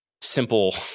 simple